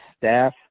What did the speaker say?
staff